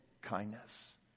kindness